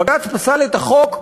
בג"ץ פסל את החוק,